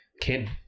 kid